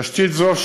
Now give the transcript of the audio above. תשתית זו,